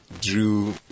drew